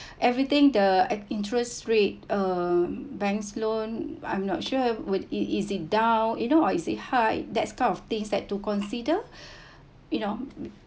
everything the interest rate uh bank loan I'm not sure would it is it down you know or is it high that's kind of things like to consider you know